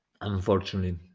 unfortunately